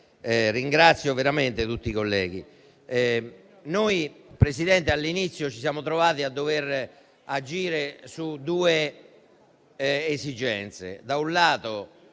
ringrazio veramente tutti i colleghi. Signor Presidente, all'inizio noi ci siamo trovati a dover agire su due esigenze.